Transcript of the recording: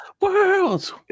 worlds